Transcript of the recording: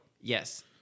Yes